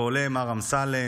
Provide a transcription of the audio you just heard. ועולה מר אמסלם,